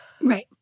Right